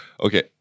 Okay